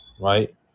right